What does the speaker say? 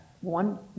one